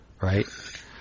right